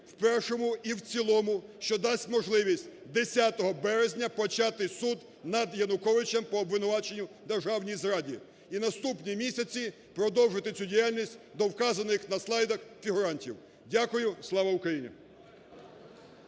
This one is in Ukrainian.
в першому і в цілому, що дасть можливість 10 березня почати суд над Януковичем по обвинуваченню в державній зраді і наступні місяці продовжити цю діяльність до вказаних на слайдах фігурантів. Дякую. Слава Україні!